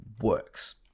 works